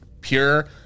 pure